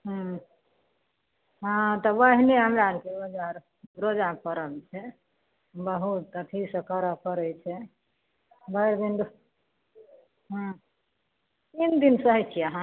हँ तऽ ओहिने हमरा आरके रोजा आर पर्व छै बहुत अथिसँ करऽ पड़य छै भरि दिन हुँ तीन दिन सहय छियै अहाँ